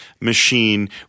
machine